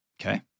Okay